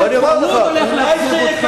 הוא עוד הולך לאכזב אותך,